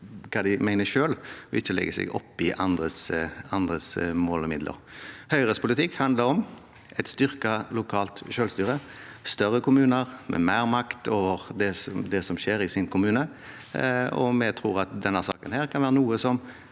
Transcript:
og ikke legger seg opp i andres mål og midler. Høyres politikk handler om et styrket lokalt selvstyre, om større kommuner med mer makt over det som skjer i sin kommune. Vi tror at denne saken faktisk kan bli